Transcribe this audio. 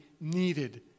needed